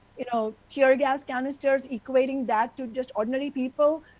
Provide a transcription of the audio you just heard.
you know, to ah guess canisters equating that to just ordinary people,